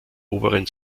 oberen